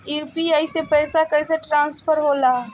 UPI से पैसा कैसे ट्रांसफर होला?